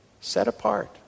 set-apart